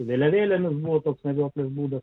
vėliavėlėmis moto medžioklės būdu